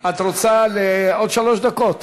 את רוצה עוד שלוש דקות?